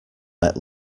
let